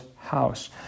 house